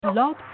Love